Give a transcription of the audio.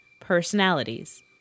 personalities